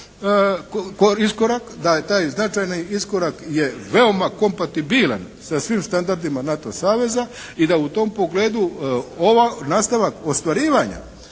iskorak. Da je taj značajan iskorak je veoma kompatibilan sa svim standardima NATO saveza i da u tom pogledu nastavak ostvarivanja